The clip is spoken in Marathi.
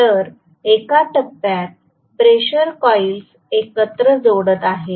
तर एका टप्प्यात प्रेशर कॉइल्स एकत्र जोडत आहेत